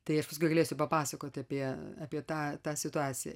tai aš paskui galėsiu papasakoti apie apie tą tą situaciją